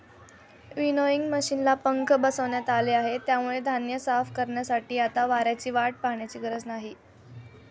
winnowing मशिनला पंखा बसवण्यात आला आहे, त्यामुळे धान्य साफ करण्यासाठी आता वाऱ्याची वाट पाहण्याची गरज नाही